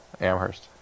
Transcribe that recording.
Amherst